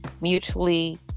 mutually